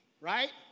Right